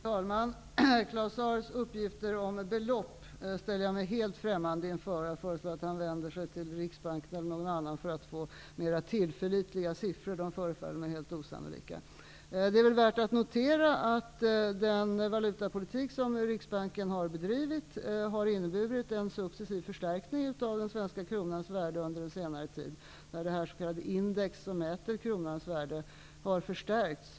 Fru talman! De uppgifter som Claus Zaar lämnar om belopp är jag helt främmande för. Jag föreslår att Claus Zaar vänder sig till exempelvis Riksbanken, så att han kan få mer tillförlitliga siffror. De som han nämner förefaller mig helt osannolika. Det är väl värt att notera att den valutapolitik som Riksbanken bedrivit har inneburit en successiv förstärkning av den svenska kronans värde under senare tid, när det s.k. index som mäter kronans värde har förstärkts.